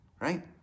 right